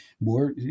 more